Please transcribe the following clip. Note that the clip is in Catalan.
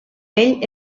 pell